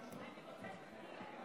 אני חייב להגיד שאני לא מקנא בצופים של ערוץ